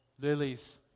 Lilies